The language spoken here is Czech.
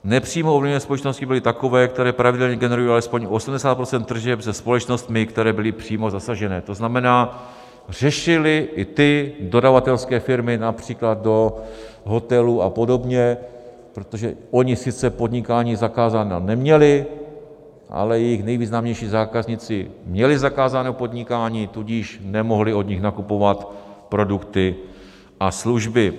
Nepřímo ovlivněné společnosti byly takové, které pravidelně generují alespoň 80 % tržeb se společnostmi, které byly přímo zasažené, to znamená, řešili i ty dodavatelské firmy, například do hotelů a podobně, protože ony sice podnikání zakázané neměly, ale jejich nejvýznamnější zákazníci měly zakázané podnikání, tudíž nemohly od nich nakupovat produkty a služby.